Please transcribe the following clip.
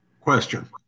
Question